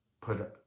Put